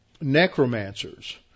necromancers